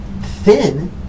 thin